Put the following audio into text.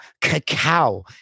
cacao